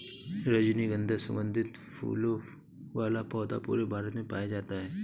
रजनीगन्धा सुगन्धित फूलों वाला पौधा पूरे भारत में पाया जाता है